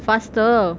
faster